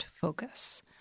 focus